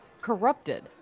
corrupted